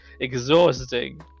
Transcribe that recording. exhausting